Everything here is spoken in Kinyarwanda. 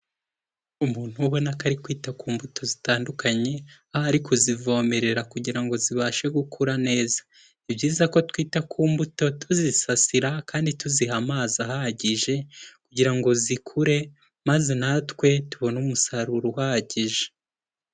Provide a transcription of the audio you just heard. Umuntu ubona ko ari kwita ku mbuto zitandukanye, aho ari kuzivomerera kugira ngo zibashe gukura neza, ni byiza ko twita ku mbuto, tuzisasira, kandi tuziha amazi ahagije, kugira ngo zikure, maze natwe tubone umusaruro uhagije.